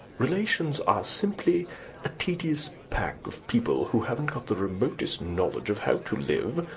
relations are simply a tedious pack of people, who haven't got the remotest knowledge of how to live,